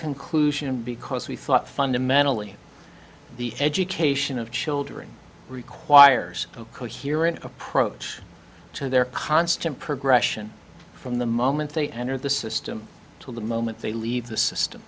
conclusion because we thought fundamentally the education of children requires a coherent approach to their constant progression from the moment they enter the system to the moment they leave the system